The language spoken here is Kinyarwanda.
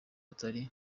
atari